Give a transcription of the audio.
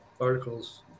articles